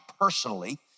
personally